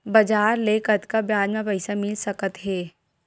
बजार ले कतका ब्याज म पईसा मिल सकत हे?